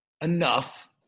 enough